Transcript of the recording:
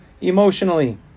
emotionally